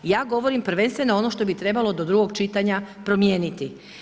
Ja govorim prvenstveno ono što bi trebalo do drugog čitanja promijeniti.